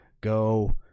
go